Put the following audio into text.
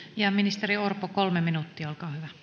ministeri orpo kolme minuuttia